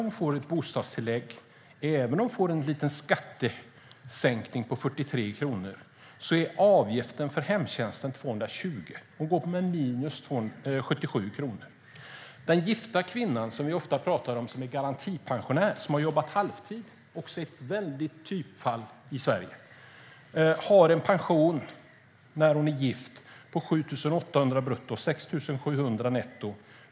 Hon får ett bostadstillägg, men även om hon får en liten skattesänkning på 43 kronor är avgiften för hemtjänsten 220 kronor. Hon går med minus 77 kronor. Den gifta kvinnan som vi ofta pratar om som är garantipensionär och har jobbat halvtid är också ett vanligt typfall i Sverige. Hon har en pension som gift på 7 800 brutto, 6 700 netto.